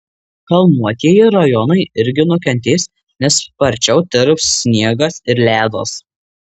kalnuotieji rajonai irgi nukentės nes sparčiau tirps sniegas ir ledas